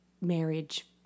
marriage